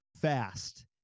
fast